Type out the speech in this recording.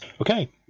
Okay